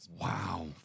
Wow